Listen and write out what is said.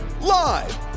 Live